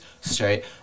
straight